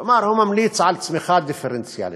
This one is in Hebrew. כלומר, הוא ממליץ על צמיחה דיפרנציאלית.